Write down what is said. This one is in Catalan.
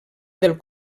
del